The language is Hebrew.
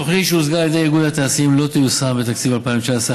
התוכנית שהוצגה על ידי איגוד התעשיינים לא תיושם בתקציב 2019,